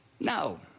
No